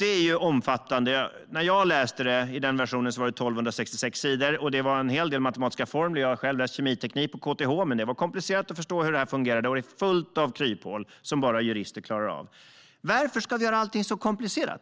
är omfattande. Den version som jag läste innehöll 1 266 sidor, och det innehöll en hel del matematiska formler. Jag har själv läst kemiteknik på KTH, men det var komplicerat att förstå hur regelverket fungerar. Dessutom är det fullt av kryphål som bara jurister klarar av att hantera. Varför ska vi göra allting så komplicerat?